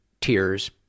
tears